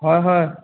হয় হয়